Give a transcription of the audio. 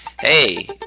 hey